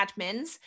admins